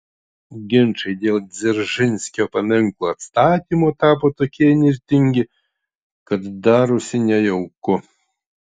ginčai dėl dzeržinskio paminklo atstatymo tapo tokie įnirtingi kad darosi nejauku